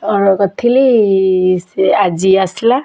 order କରିଥିଲି ସେ ଆଜି ଆସିଲା